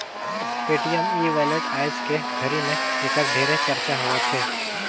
Paytm e wallet आयज के घरी मे ऐखर ढेरे चरचा होवथे